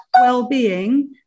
well-being